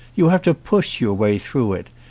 you have to push your way through it,